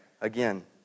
Again